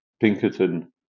Pinkerton